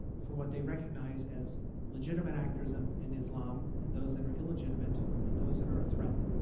for what they recognize as legitimate actors and in islam and those that are illegitimate and those that are a threat.